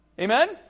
Amen